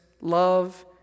love